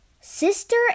Sister